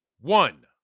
one